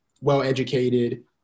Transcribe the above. well-educated